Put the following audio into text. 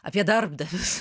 apie darbdavius